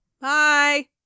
Bye